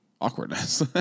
awkwardness